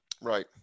Right